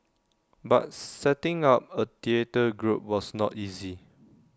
but setting up A theatre group was not easy